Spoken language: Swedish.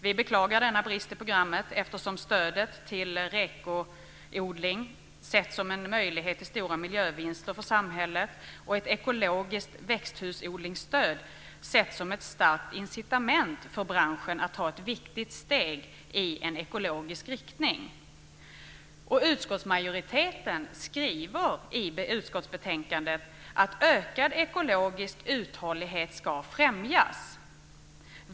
Vi beklagar denna brist i programmet eftersom vi i stödet till ekoodling sett en möjlighet till stora miljövinster för samhället och i ett ekologiskt växthusodlingsstöd sett ett starkt incitament för branschen att ta ett viktigt steg i en ekologisk riktning. Utskottsmajoriteten skriver i utskottsbetänkandet att ökad ekologisk uthållighet ska främjas.